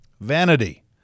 Vanity